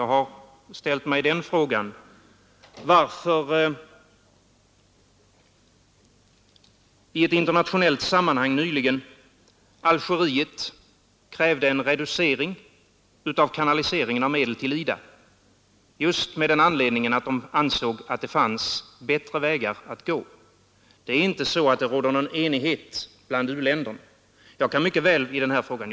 a. har jag ställt mig frågan varför Algeriet i ett internationellt sammanhang nyligen krävde en reducering av kanaliseringen av medel till IDA, just av den anledningen att man ansåg att det fanns bättre vägar att gå. Det är inte så att det råder någon enighet bland u-länderna i den här frågan.